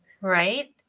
Right